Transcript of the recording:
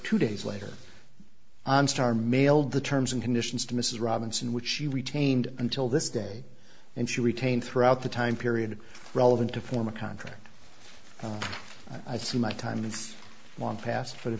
two days later on starr mailed the terms and conditions to mrs robinson which she retained until this day and she retained throughout the time period relevant to form a contract i see my time is long past for the